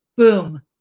Boom